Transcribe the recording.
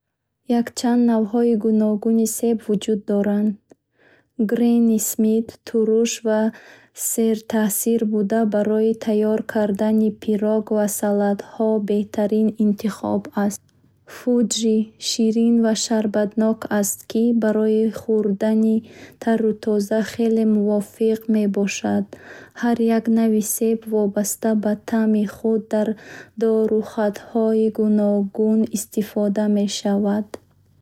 Навъҳои гуногуни себ вуҷуд доранд. Грэнни Смит турш ва сертаъсир буда, барои тайёр кардани пирог ва салатҳо беҳтарин интихоб аст. Фуджи ширин ва шарбатнок аст, ки барои хӯрдани тару тоза хеле мувофиқ мебошад. Гала мулоим ва ширин буда, барои омода кардани компот ва соусҳо тавсия дода мешавад. Ҳар як навъи себ вобаста ба таъми худ дар дорухатҳои гуногун истифода мешавад.